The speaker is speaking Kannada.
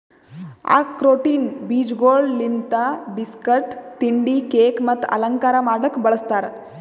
ಆಕ್ರೋಟಿನ ಬೀಜಗೊಳ್ ಲಿಂತ್ ಬಿಸ್ಕಟ್, ತಿಂಡಿ, ಕೇಕ್ ಮತ್ತ ಅಲಂಕಾರ ಮಾಡ್ಲುಕ್ ಬಳ್ಸತಾರ್